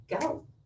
go